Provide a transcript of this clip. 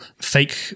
fake